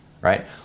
right